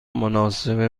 مناسب